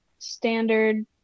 standard